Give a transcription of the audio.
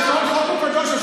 שכל חוק הוא קדוש,